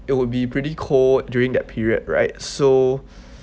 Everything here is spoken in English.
it would be pretty cold during that period right so